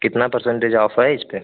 कितना percentage off है इस पर